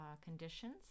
conditions